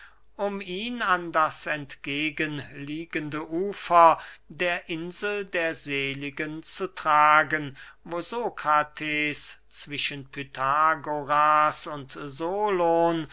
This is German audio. um ihn an das entgegen liegende ufer der insel der seligen zu tragen wo sokrates zwischen pythagoras und solon